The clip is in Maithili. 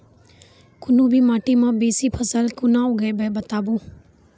कूनू भी माटि मे बेसी फसल कूना उगैबै, बताबू?